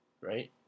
right